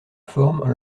forment